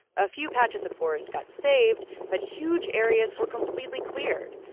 a few patches of forest got saved. but huge areas were completely cleared.